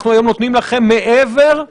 ניהלת את האירוע בעולם ה-200 מבלי לבקש